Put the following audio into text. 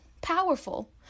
powerful